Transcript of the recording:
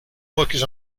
workers